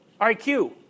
IQ